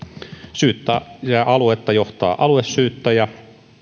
syyttäjäaluetta johtaa aluesyyttäjä